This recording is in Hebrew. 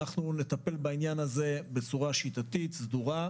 אנחנו נטפל בעניין הזה בצורה שיטתית, סדורה,